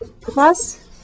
plus